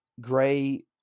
Gray